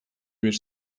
bir